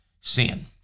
sin